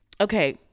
okay